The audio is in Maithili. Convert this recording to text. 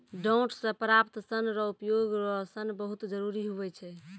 डांट से प्राप्त सन रो उपयोग रो सन बहुत जरुरी हुवै छै